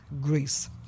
Greece